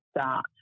start